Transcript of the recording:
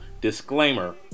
disclaimer